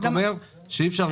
איפה את גר?